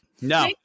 No